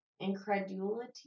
incredulity